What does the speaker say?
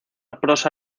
prosa